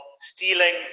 stealing